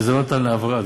וזה לא ניתן להעברה,